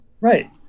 Right